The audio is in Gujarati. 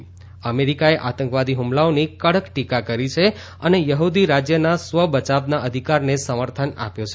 દરમ્યાન અમેરીકાએ આતંકવાદી હુમલાઓની કડક ટીકા કરી છે અને યહુદી રાજ્યના સ્વ બચાવના અધિકારને સમર્થન આપ્યો છે